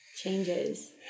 changes